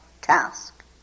task